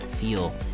feel